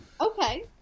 Okay